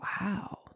Wow